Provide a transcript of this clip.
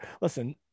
Listen